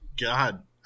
God